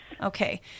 Okay